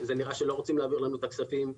זה נראה שלא רוצים להעביר לנו את הכספים.